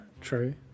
true